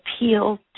appeal